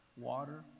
water